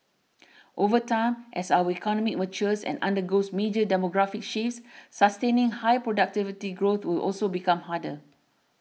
over time as our economy matures and undergoes major demographic shifts sustaining high productivity growth will also become harder